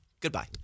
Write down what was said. goodbye